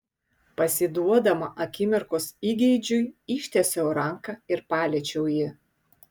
pasiduodama akimirkos įgeidžiui ištiesiau ranką ir paliečiau jį